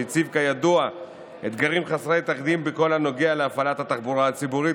שהציב כידוע אתגרים חסרי תקדים בכל הנוגע להפעלת התחבורה הציבורית,